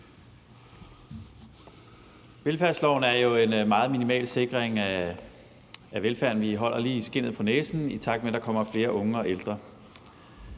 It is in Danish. Velfærdsloven er jo en meget minimal sikring af velfærden. Vi holder lige skindet på næsen, i takt med at der kommer flere unge og ældre.